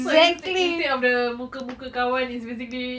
so instead instead of the muka-muka kawan it's basically